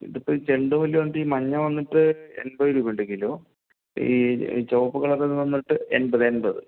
ഇതിപ്പോൾ ചെണ്ടുമല്ലി വന്നിട്ട് ഈ മഞ്ഞ വന്നിട്ട് എൺപത് രൂപ ഉണ്ട് കിലോ ഈ ഈ ചുമപ്പ് കളർ വന്നിട്ട് എൺമ്പത് എൺമ്പത്